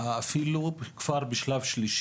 אז אם את פוגשת אותי ואני לא אומרת לך שלום אל תעלבי,